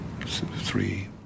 three